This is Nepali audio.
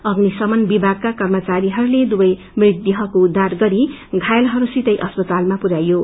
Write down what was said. अभिन शमन विभागका कर्मचारीहरूले दुवै मृतदेहको उद्धार गरी घायलहरूसितै अस्पतालमा पठाइदियो